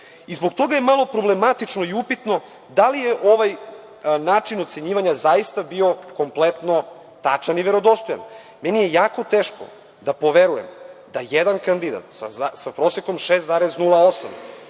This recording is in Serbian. toga je malo problematično i upitno da li je ovaj način ocenjivanja zaista bio kompletno tačan i verodostojan. Meni je jako teško da poverujem da jedan kandidat sa prosekom 6,08